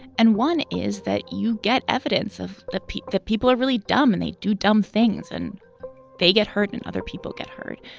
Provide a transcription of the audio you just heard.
and one is that you get evidence of that, that people are really dumb and they do dumb things and they get hurt and other people get hurt.